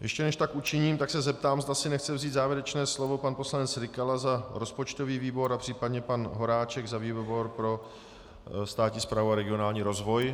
Ještě než tak učiním, tak se zeptám, zda si nechce vzít závěrečné slovo pan poslanec Rykala za rozpočtový výbor a případně pan Horáček za výbor pro státní správu a regionální rozvoj.